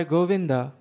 Govinda